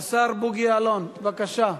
רבותי,